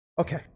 Okay